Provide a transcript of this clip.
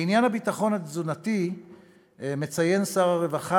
לעניין הביטחון התזונתי מציין שר הרווחה